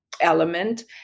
element